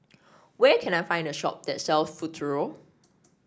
where can I find a shop that sells Futuro